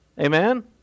amen